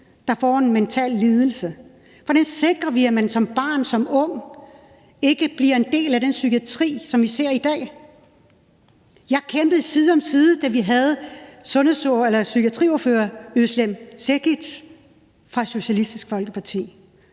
der får en mental lidelse, for derved sikrer vi, at man som barn og ung ikke bliver en del af den psykiatri, vi ser i dag. Jeg kæmpede side om side med psykiatriordfører Özlem Cekic fra Socialistisk Folkeparti.